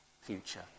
future